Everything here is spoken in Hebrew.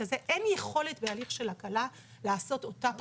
אין יכולת בהליך של הקלה לעשות אותה בחינה.